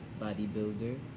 bodybuilder